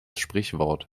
sprichwort